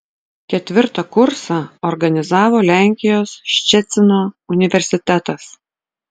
ketvirtą kursą organizavo lenkijos ščecino universitetas